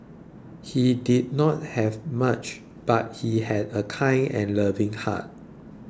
he did not have much but he had a kind and loving heart